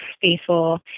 faithful